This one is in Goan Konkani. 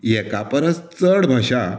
एका परस चड भाशा